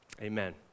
Amen